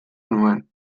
nuen